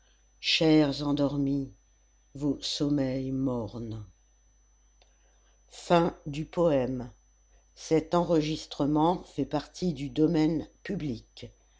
chers endormis vos sommeils mornes